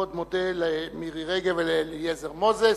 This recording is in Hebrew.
מאוד מודה למירי רגב ולאליעזר מוזס.